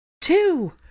Two